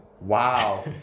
wow